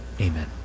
Amen